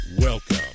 Welcome